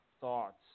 thoughts